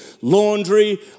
laundry